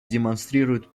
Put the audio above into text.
демонстрируют